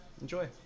Enjoy